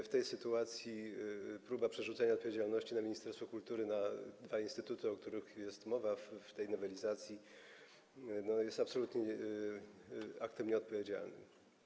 W tej sytuacji próba przerzucenia odpowiedzialności na ministerstwo kultury, na dwa instytuty, o których jest mowa w tej nowelizacji, jest absolutnie aktem nieodpowiedzialnym.